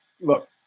Look